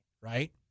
Right